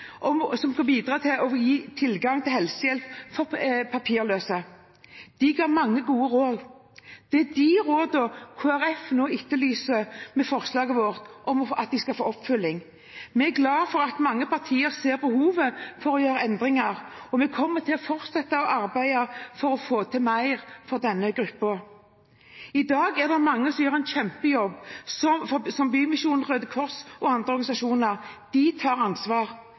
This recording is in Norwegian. det offentlige, kan man bare spørre hvem som oppsøker helsevesenet og får hjelp. Helsedirektoratet kom i mai 2009 med en rekke anbefalinger som skulle bidra til å gi tilgang til helsehjelp for papirløse. De ga mange gode råd. Det er de rådene Kristelig Folkeparti med sitt forslag nå etterlyser skal bli oppfylt. Vi er glad for at mange partier ser behovet for å gjøre endringer, og vi kommer til å fortsette å arbeide for å få til mer for denne gruppen. I dag er det mange som gjør en kjempejobb, som Bymisjonen, Røde Kors og andre